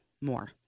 more